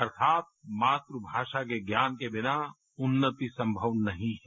अर्थात मातृभाषा के ज्ञान के बिना उन्नति संभव नहीं है